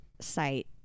site